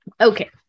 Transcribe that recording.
Okay